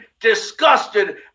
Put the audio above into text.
disgusted